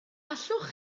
allwch